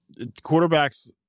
Quarterbacks